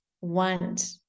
want